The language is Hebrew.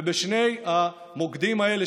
ובשני המוקדים האלה,